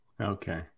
Okay